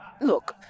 Look